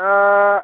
दा